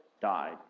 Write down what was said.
died